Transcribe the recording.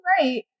right